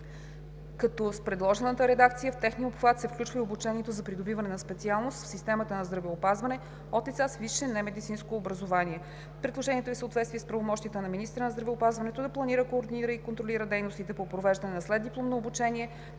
като с предложената редакция в техния обхват се включва и обучението за придобиване на специалност в системата на здравеопазване от лица с висше немедицинско образование. Предложението е в съответствие с правомощието на министъра на здравеопазването да планира, координира и контролира дейностите по провеждане на следдипломно обучение